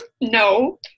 no